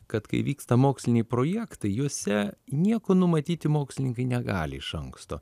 kad kai vyksta moksliniai projektai juose nieko numatyti mokslininkai negali iš anksto